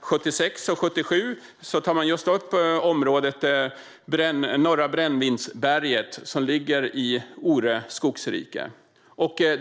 76 och 77 tar man upp Norra Brännvinsberget, som ligger i Ore skogsrike.